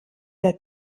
der